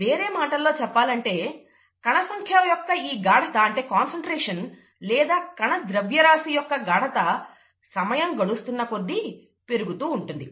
వేరే మాటల్లో చెప్పాలంటే కణసంఖ్య యొక్క ఈ గాఢత లేదా కణ ద్రవ్యరాశి యొక్క గాఢత సమయం గడుస్తున్నకొద్దీ పెరుగుతూ ఉంటుంది